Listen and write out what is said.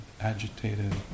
agitated